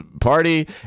party